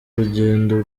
rugendo